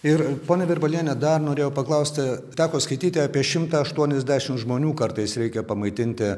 ir ponia virbaliene dar norėjau paklausti teko skaityti apie šimtą aštuoniasdešim žmonių kartais reikia pamaitinti